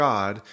God